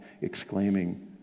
exclaiming